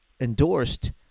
endorsed